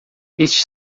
este